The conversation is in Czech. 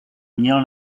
měl